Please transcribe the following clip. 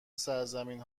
سرزمین